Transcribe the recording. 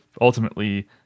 ultimately